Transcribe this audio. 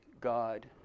God